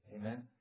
Amen